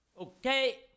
okay